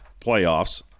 playoffs